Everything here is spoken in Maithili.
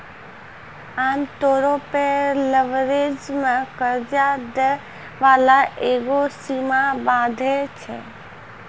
आमतौरो पे लीवरेज मे कर्जा दै बाला एगो सीमा बाँधै छै